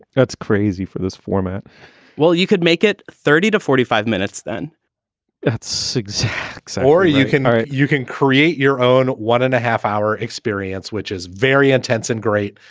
that's crazy for this format well, you could make it thirty to forty five minutes then that's six or you can or you can create your own one and a half hour experience, which is very intense and great,